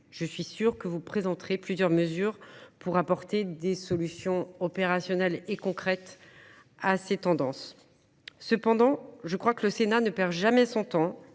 Je suis sûre que vous présenterez plusieurs mesures pour apporter des solutions concrètes et opérationnelles. Cependant, je crois que le Sénat ne perd jamais son temps